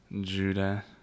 Judah